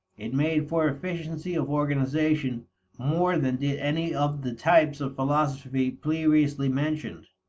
it made for efficiency of organization more than did any of the types of philosophy previously mentioned,